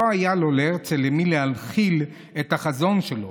לא היה לו להרצל למי להנחיל את החזון שלו.